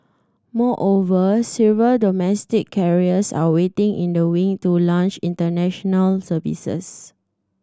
moreover several domestic carriers are waiting in the wing to launch international services